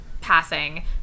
passing